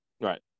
Right